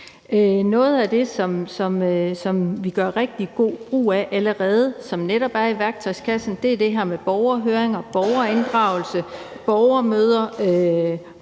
Noget af det, som vi gør rigtig god brug af allerede, og som netop er i værktøjskassen, er det her med borgerhøringer, borgerinddragelse og borgermøder.